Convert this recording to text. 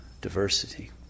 diversity